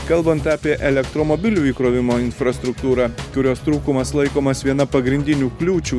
kalbant apie elektromobilių įkrovimo infrastruktūrą kurios trūkumas laikomas viena pagrindinių kliūčių